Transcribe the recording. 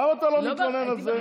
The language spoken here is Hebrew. למה אתה לא מתלונן על זה?